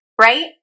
right